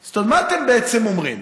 אז מה אתם בעצם אומרים?